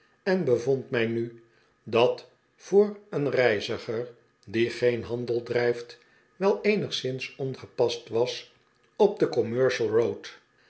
en bevond mij nu dat voor een reiziger die geen handel drijft wel eenigszins ongepast was op de commercial road